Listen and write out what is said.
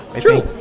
True